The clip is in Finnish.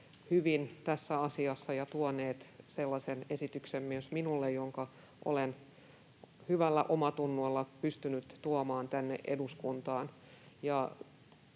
hyvin tässä asiassa ja tuoneet myös minulle sellaisen esityksen, jonka olen hyvällä omallatunnolla pystynyt tuomaan tänne eduskuntaan.